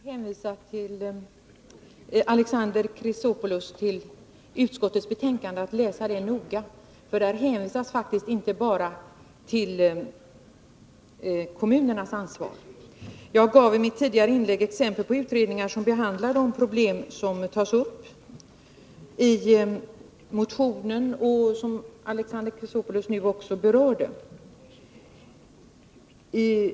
Fru talman! Jag vill hänvisa Alexander Chrisopoulos till utskottsbetänkandet. Läs det noga, för där hänvisas faktiskt inte bara till kommunernas ansvar. Jag gav i mitt tidigare inlägg exempel på utredningar som behandlar de problem som tas upp i motionen och som Alexander Chrisopoulos nu också berörde.